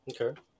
Okay